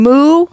Moo